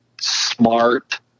smart